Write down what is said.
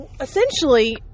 essentially